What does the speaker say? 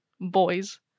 Boys